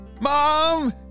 Mom